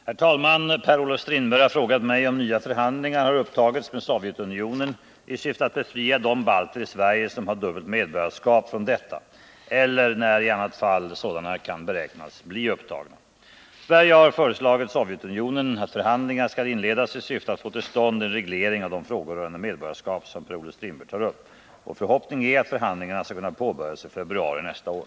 Herr talman! Per-Olof Strindberg har frågat mig om nya förhandlingar har upptagits med Sovjetunionen i syfte att befria de balter i Sverige som har dubbelt medborgarskap från detta, eller när sådana i annat fall kan beräknas tas upp. Sverige har föreslagit Sovjetunionen att förhandlingar skall inledas i syfte att få till stånd en reglering av de frågor rörande medborgarskap som Per-Olof Strindberg tar upp. Vår förhoppning är att förhandlingarna skall kunna påbörjas i februari nästa år.